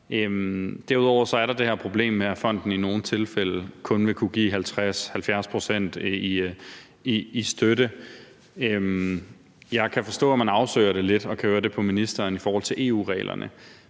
Derudover er der det her problem med, at fonden i nogle tilfælde kun vil kunne give 50-70 pct. i støtte. Jeg kan forstå og kan høre på ministeren, at man afsøger det lidt i forhold til EU-reglerne.